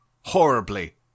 horribly